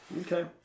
Okay